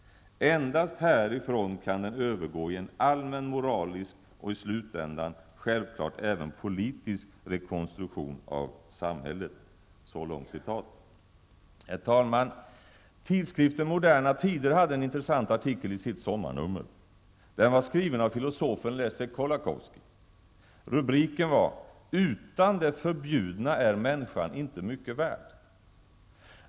Endast härifrån kan den övergå i en allmän moralisk och i slutändan självklart även politisk rekonstruktion av samhället.'' Herr talman! Tidskriften Moderna tider hade en intressant artikel i sitt sommarnummer. Den var skriven av filosofen Leszek Kolakowski. Rubriken var: Utan det förbjudna är människan inte mycket värd.